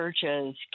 churches